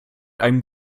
einem